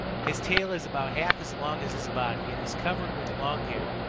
his tail is about half as long as his body and is covered with long hair,